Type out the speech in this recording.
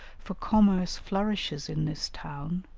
for commerce flourishes in this town,